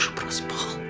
christmas